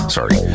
Sorry